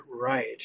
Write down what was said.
right